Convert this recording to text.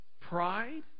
pride